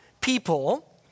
people